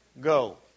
Go